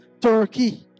turkey